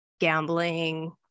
gambling